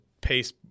pace